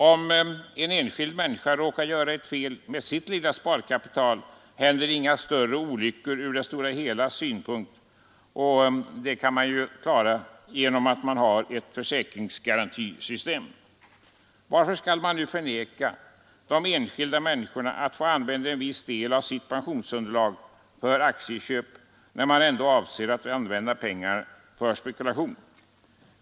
Om en enskild människa råkar göra ett fel med sitt lilla sparkapital, händer inga större olyckor ur det stora helas synpunkt. Riskerna kan då klaras med ett försäkringsgarantisystem. Varför skall man förvägra de enskilda människorna att få använda viss del av sitt pensionsunderlag för aktieköp, när man ändå avser att använda pengarna till spekulation?